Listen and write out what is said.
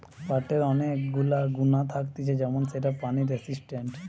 পাটের অনেক গুলা গুণা থাকতিছে যেমন সেটা পানি রেসিস্টেন্ট